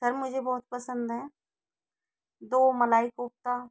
sir मुझे बहुत पसंद है दो मलाई कोफ़्ता